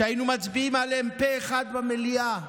שהיינו מצביעים עליהם פה אחד במליאה.